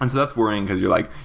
and that's boring, cause you're like,